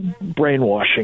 brainwashing